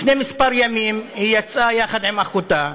לפני כמה ימים היא יצאה יחד עם אחותה